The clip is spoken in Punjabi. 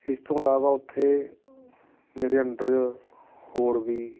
ਇਸ ਤੋਂ ਇਲਾਵਾ ਉੱਥੇ ਮੇਰੇ ਅੰਡਰ ਹੋਰ ਵੀ